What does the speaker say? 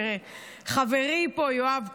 כשחברי יואב קיש,